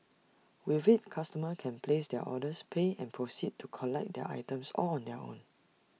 with IT customers can place their orders pay and proceed to collect their items all on their own